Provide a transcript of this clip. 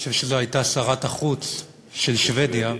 אני חושב שזאת הייתה שרת החוץ של שבדיה,